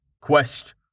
Quest